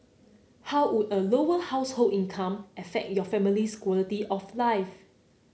how would a Lower Household income affect your family's quality of life